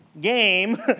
game